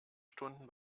stunden